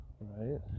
Right